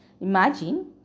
Imagine